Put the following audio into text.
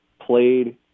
played